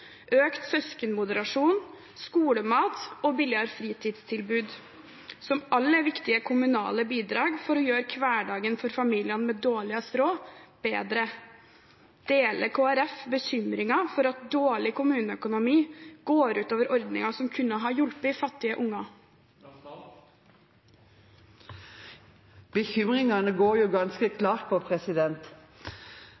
økt søskenmoderasjon, skolemat og billigere fritidstilbud – som alle er viktige kommunale bidrag for å gjøre hverdagen bedre for familiene med dårligst råd. Deler Kristelig Folkeparti bekymringen for at dårlig kommuneøkonomi går ut over ordninger som kunne ha hjulpet fattige unger? Bekymringene